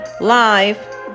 live